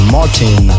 Martin